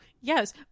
Yes